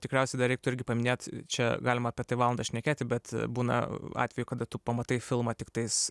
tikriausiai dar reiktų irgi paminėt čia galima apie tai valandą šnekėti bet būna atvejų kada tu pamatai filmą tiktais